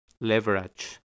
leverage